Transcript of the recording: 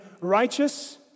righteous